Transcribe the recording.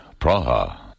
Praha